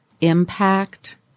impact